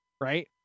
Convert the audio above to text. right